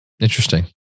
Interesting